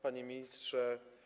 Panie Ministrze!